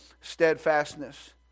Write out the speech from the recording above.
steadfastness